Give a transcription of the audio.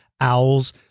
owls